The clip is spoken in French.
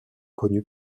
connue